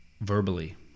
verbally